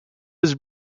his